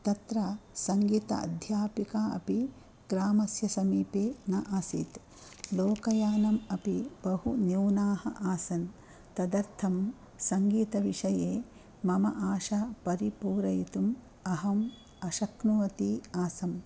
तत्र सङ्गीत अध्यापिका अपि ग्रामस्य समीपे न आसीत् लोकयानम् अपि बहु न्यूनम् आसन् तदर्थं सङ्गीतविषये मम आशा परिपूरयितुम् अहम् अशक्नोती आसम्